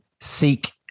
seek